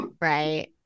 right